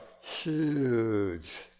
huge